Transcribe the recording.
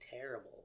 terrible